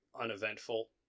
uneventful